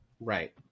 Right